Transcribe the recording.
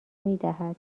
میدهد